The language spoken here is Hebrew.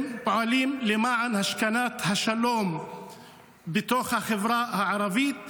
הם פועלים למען השכנת השלום בתוך החברה הערבית.